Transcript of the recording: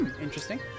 Interesting